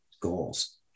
goals